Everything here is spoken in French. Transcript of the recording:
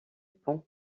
pont